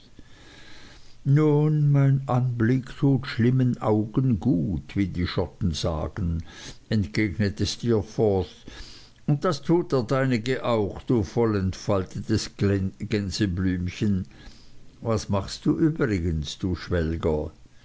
nun mein anblick tut schlimmen augen gut wie die schotten sagen entgegnete steerforth und das tut der deinige auch du voll entfaltetes gänseblümchen was machst du übrigens du schwelger